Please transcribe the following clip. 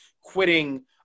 quitting